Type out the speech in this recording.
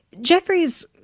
Jeffrey's